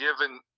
given